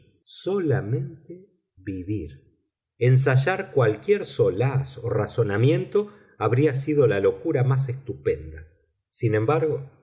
solamente vivir ensayar cualquier solaz o razonamiento habría sido la locura más estupenda sin embargo